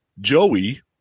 Joey